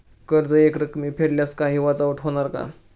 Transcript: कर्ज एकरकमी फेडल्यास काही वजावट होणार का?